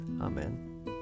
Amen